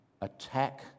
attack